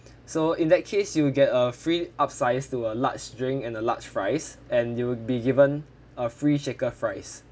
so in that case you will get a free upsize to a large drink and a large fries and you will be given a free shaker fries